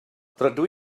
rydw